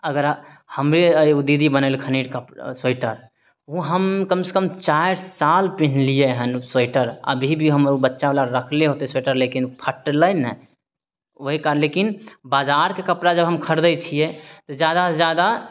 अगर हमरे एगो दीदी बनेलखिन स्वेटर ओ हम कम सँ कम चारि साल पेनहलियै हन ओ स्वेटर अभी भी हम ओ बच्चा वला रखले होतै ओ स्वेटर लेकिन फटलै नहि आइकाल्हि लेकिन बजारके कपड़ा जब हम खरिदै छियै जादासँ जादा